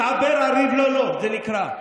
מתעבר על ריב לא לו, זה נקרא.